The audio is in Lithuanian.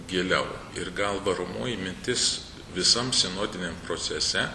giliau ir gal varomoji mintis visam sinodiniam procese